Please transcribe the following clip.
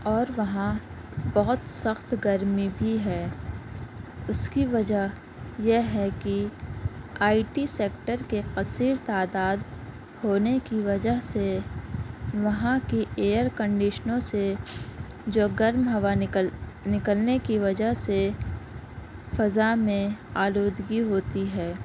اور وہاں بہت سخت گرمی بھی ہے اس کی وجہ یہ ہے کہ آئی ٹی سیکٹر کے کثیر تعداد ہونے کی وجہ سے وہاں کی ایئر کنڈیشنوں سے جو گرم ہوا نکل نکلنے کی وجہ سے فضا میں آلودگی ہوتی ہے